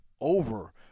over